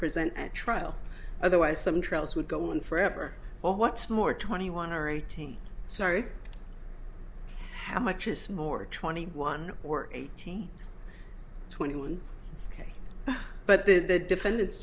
present at trial otherwise some trials would go on forever or what's more twenty one or eighteen sorry how much is more twenty one or eighteen twenty one ok but the defendant